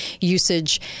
usage